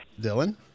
Dylan